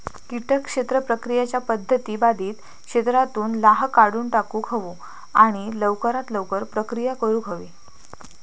किटक क्षेत्र प्रक्रियेच्या पध्दती बाधित क्षेत्रातुन लाह काढुन टाकुक हवो आणि लवकरात लवकर प्रक्रिया करुक हवी